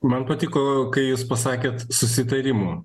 man patiko kai jūs pasakėt susitarimų